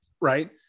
Right